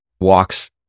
walks